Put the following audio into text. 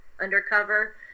undercover